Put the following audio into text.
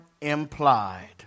implied